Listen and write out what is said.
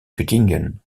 göttingen